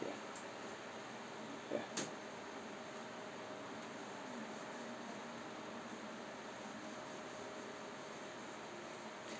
ya